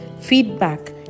feedback